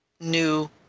new